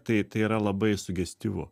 tai tai yra labai sugestyvu